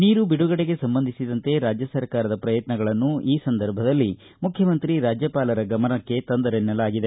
ನೀರು ಬಿಡುಗಡೆಗೆ ಸಂಬಂಧಿಸಿದಂತೆ ರಾಜ್ಯ ಸರ್ಕಾರದ ಪ್ರಯತ್ನಗಳನ್ನು ಈ ಸಂದರ್ಭದಲ್ಲಿ ಮುಖ್ಯಮಂತ್ರಿ ರಾಜ್ಯಪಾಲರ ಗಮನಕ್ಕೆ ತಂದರೆನ್ನಲಾಗಿದೆ